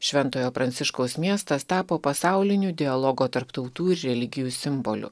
šventojo pranciškaus miestas tapo pasauliniu dialogo tarp tautų ir religijų simboliu